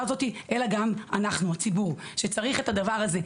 הזאת אלא גם אנחנו הציבור שצריך את הדבר הזה.